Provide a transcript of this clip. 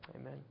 Amen